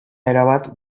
erabat